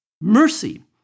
Mercy